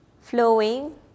flowing